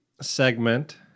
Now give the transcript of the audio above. segment